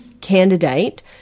candidate